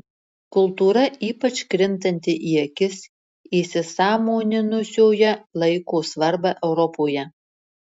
kultūra ypač krintanti į akis įsisąmoninusioje laiko svarbą europoje